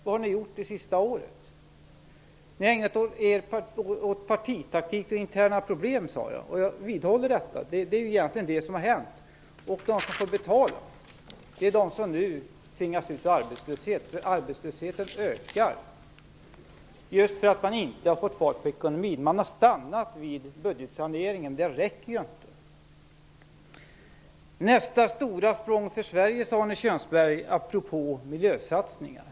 Vad har ni gjort under det senaste året? Ni har ägnat er år partitaktik och interna problem. Det vidhåller jag. Det är egentligen det som har hänt. De som får betala är de som nu tvingas ut i arbetslöshet. Arbetslösheten ökar nämligen just för att man inte har fått fart på ekonomin. Man har stannat vid budgetsaneringen. Det räcker inte. Nästa stora språng för Sverige sade Arne Kjörnsberg om miljösatsningarna.